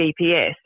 GPS